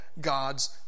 God's